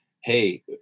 hey